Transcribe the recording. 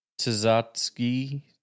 Tzatziki